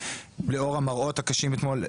לאור המראות הקשים אתמול,